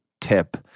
tip